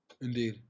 Indeed